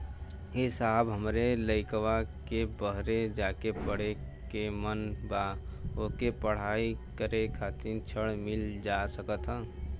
ए साहब हमरे लईकवा के बहरे जाके पढ़े क मन बा ओके पढ़ाई करे खातिर ऋण मिल जा सकत ह?